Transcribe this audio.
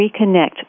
reconnect